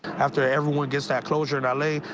after everyone gets that closure in l a,